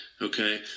Okay